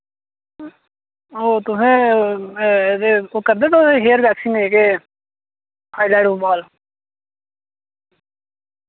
ओ तुसैं एह्दे ओ करदे तुस हेयर वैक्सिंग जेह्के हाई लाइट बाल